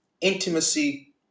intimacy